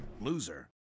loser